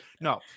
no